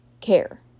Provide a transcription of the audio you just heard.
care